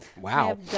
Wow